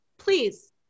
please